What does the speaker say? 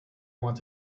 want